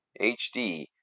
HD